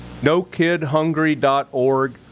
NoKidHungry.org